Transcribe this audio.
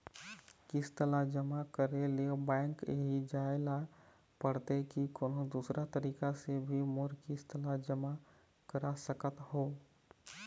किस्त ला जमा करे ले बैंक ही जाए ला पड़ते कि कोन्हो दूसरा तरीका से भी मोर किस्त ला जमा करा सकत हो?